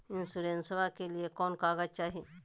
इंसोरेंसबा के लिए कौन कागज चाही?